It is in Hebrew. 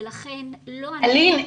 ולכן אני --- אלין,